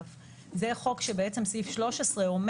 אומר